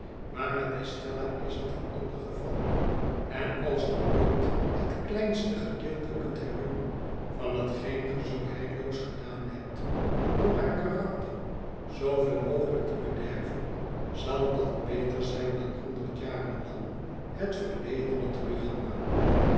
maar met estella is het een ander geval en als ge ooit het kleinste gedeelte kunt herdoen van hetgeen ge zoo heilloos gedaan hebt om haar karakter zooveel mogelyk te bederven zal dat beter zijn dan honderd jaren lang het verledene te